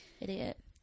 idiot